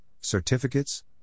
certificates